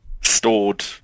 stored